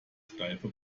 steife